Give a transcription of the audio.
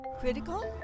Critical